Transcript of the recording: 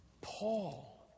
paul